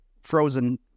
frozen